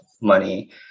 money